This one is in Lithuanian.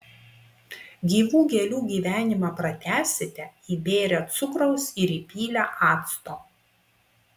gyvų gėlių gyvenimą pratęsite įbėrę cukraus ir įpylę acto